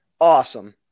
awesome